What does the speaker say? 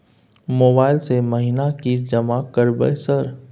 Mobile से महीना किस्त जमा करबै सर?